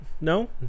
no